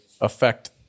affect